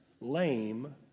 lame